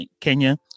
Kenya